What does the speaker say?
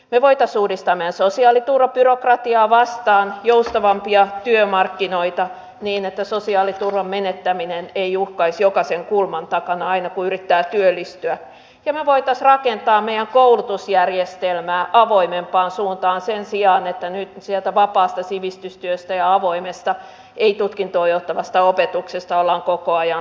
me voisimme uudistaa meidän sosiaaliturvabyrokratiaamme vastaamaan joustavampia työmarkkinoita niin että sosiaaliturvan menettäminen ei uhkaisi jokaisen kulman takana aina kun yrittää työllistyä ja me voisimme rakentaa meidän koulutusjärjestelmäämme avoimempaan suuntaan sen sijaan että nyt sieltä vapaasta sivistystyöstä ja avoimesta ei tutkintoon johtavasta opetuksesta ollaan koko ajan leikkaamassa